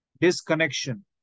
disconnection